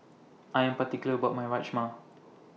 I Am particular about My Rajma